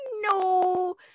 no